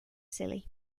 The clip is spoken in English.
silly